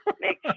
Make